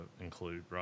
include